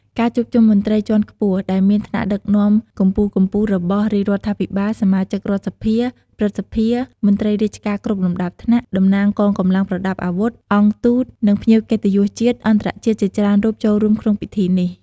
ការជួបជុំមន្ត្រីជាន់ខ្ពស់ ដែលមានថ្នាក់ដឹកនាំកំពូលៗរបស់រាជរដ្ឋាភិបាល សមាជិករដ្ឋសភា ព្រឹទ្ធសភា មន្ត្រីរាជការគ្រប់លំដាប់ថ្នាក់ តំណាងកងកម្លាំងប្រដាប់អាវុធ អង្គទូត និងភ្ញៀវកិត្តិយសជាតិ-អន្តរជាតិជាច្រើនរូបចូលរួមក្នុងពិធីនេះ។